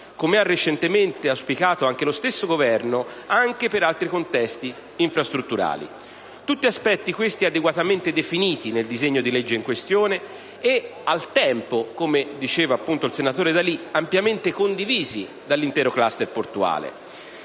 come ha recentemente auspicato lo stesso Governo - anche per altri contesti infrastrutturali. Tutti aspetti, questi, adeguatamente definiti nel disegno di legge in questione e al tempo ‑ come diceva appunto il senatore D'Alì ‑ ampiamente condivisi dall'intero *cluster* portuale.